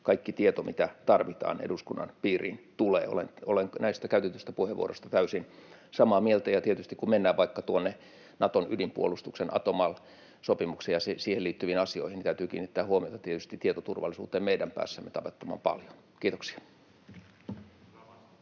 kaikki tieto, mitä tarvitaan eduskunnan piiriin, tulee. Olen näistä käytetyistä puheenvuoroista täysin samaa mieltä, ja kun mennään vaikka tuonne Naton ydinpuolustuksen ATOMAL-sopimukseen ja siihen liittyviin asioihin, niin täytyy tietysti kiinnittää huomiota tietoturvallisuuteen meidän päässämme tavattoman paljon. — Kiitoksia.